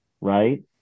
Right